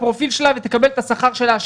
הפרופיל שלה כדי שהיא תקבל את השכר שלה?